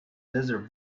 desert